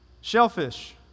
shellfish